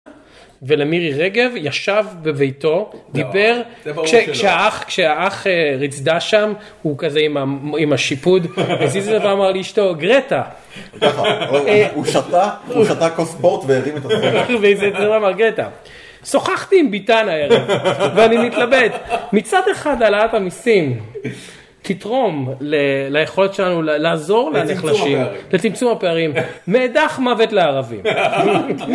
ולמירי רגב ישב בביתו, דיבר, כשהאח ריצדה שם, הוא כזה עם השיפוד, אז איזו דבר אמר לאשתו, גרטה. הוא שתה, הוא שתה כוס פורט והרים את עצמו. ואיזו דבר אמר גרטה, שוחחתי עם ביטן הערב, ואני מתלבט. מצד אחד העלאת המיסים, תתרום ליכולת שלנו לעזור לנחלשים, לצמצום הפערים. מאידך מוות לערבים.